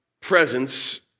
presence